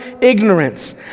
ignorance